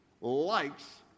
likes